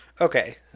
Okay